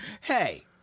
hey